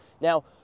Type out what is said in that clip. Now